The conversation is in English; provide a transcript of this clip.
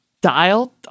dial